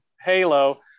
Halo